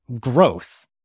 growth